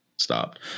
stopped